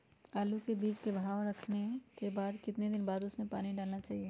आलू के बीज के भाव करने के बाद कितने दिन बाद हमें उसने पानी डाला चाहिए?